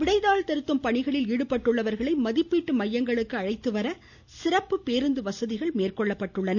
விடைத்தாள் திருத்தும் பணிகளில் ஈடுபட்டுள்ளவர்களை மதிப்பீட்டு மையங்களுக்கு அழைத்துவர சிறப்பு பேருந்து வசதிகள் மேற்கொள்ளப்பட்டன